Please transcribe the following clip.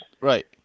Right